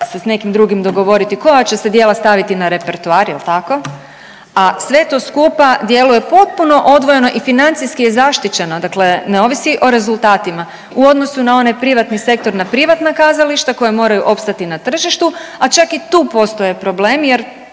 s nekim drugim dogovoriti koja će se djela staviti na repertoar jel tako, a sve to skupa djeluje potpuno odvojeno i financijski je zaštićeno. Dakle, ne ovisi o rezultatima u odnosu na onaj privatni sektor, na privatna kazališta koja mora opstaju na tržištu, a čak i tu postoje problemi jer